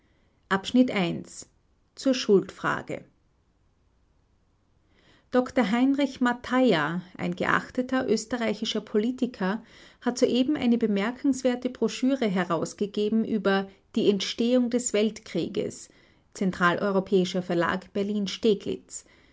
zur schuldfrage dr heinrich mataja ein geachteter österreichischer politiker hat soeben eine bemerkenswerte broschüre herausgegeben über die entstehung des weltkrieges zentral-europäischer verlag